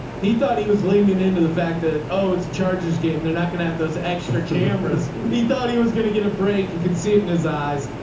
he thought he was leaning into the fact that, oh, it's a chargers game. they're not going to have those extra cameras. he thought he was going to get a break. you could see it in his eyes.